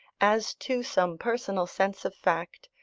as to some personal sense of fact,